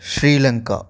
Sri Lanka